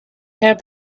had